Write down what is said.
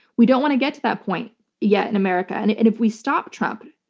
we don't want to get to that point yet in america. and and if we stop trump,